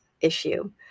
issue